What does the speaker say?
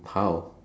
how